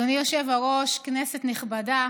אדוני היושב-ראש, כנסת נכבדה,